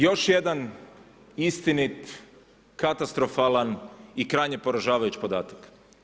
Još jedan istinit katastrofalan i krajnje poražavajući podatak.